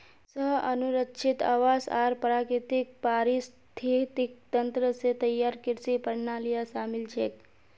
स्व अनुरक्षित आवास आर प्राकृतिक पारिस्थितिक तंत्र स तैयार कृषि प्रणालियां शामिल छेक